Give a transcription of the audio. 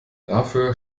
dafür